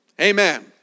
Amen